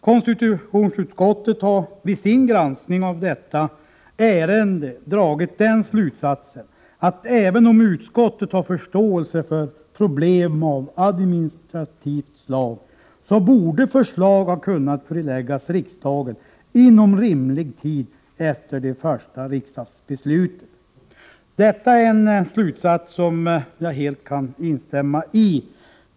Konstitutionsutskottet har vid sin granskning av detta ärende dragit den slutsatsen — även om utskottet har förståelse för problem av administrativt slag — att förslag borde ha kunnat föreläggas riksdagen inom rimlig tid efter det första riksdagsbeslutet. Detta är en slutsats som jag helt kan instämma i.